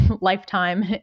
lifetime